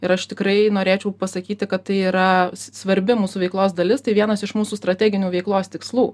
ir aš tikrai norėčiau pasakyti kad tai yra s svarbi mūsų veiklos dalis tai vienas iš mūsų strateginių veiklos tikslų